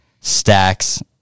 stacks